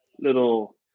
little